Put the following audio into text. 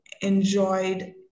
enjoyed